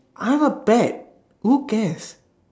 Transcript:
I'm a pet who cares